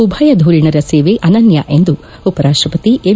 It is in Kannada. ಉಭಯ ಧುರೀಣರ ಸೇವೆ ಅನನ್ನ ಎಂದು ಉಪರಾಷ್ಟಪತಿ ಎಂ